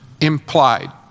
implied